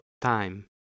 time